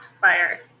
fire